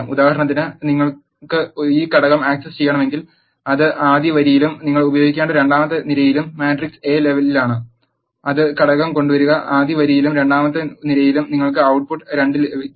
ഉദാഹരണത്തിന് നിങ്ങൾക്ക് ഈ ഘടകം ആക്സസ് ചെയ്യണമെങ്കിൽ അത് ആദ്യ വരിയിലും നിങ്ങൾ ഉപയോഗിക്കേണ്ട രണ്ടാമത്തെ നിരയിലും മാട്രിക്സ് എ ലെവലിലാണ് അത് ഘടകം കൊണ്ടുവരിക ആദ്യ വരിയിലും രണ്ടാമത്തെ നിരയിലും നിങ്ങൾക്ക് output ട്ട് പുട്ട് 2 നൽകും